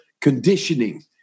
conditioning